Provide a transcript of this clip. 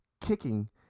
kicking